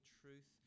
truth